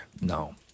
No